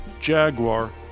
Jaguar